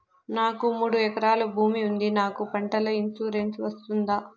నాకు మూడు ఎకరాలు భూమి ఉంది నాకు పంటల ఇన్సూరెన్సు వస్తుందా?